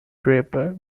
draper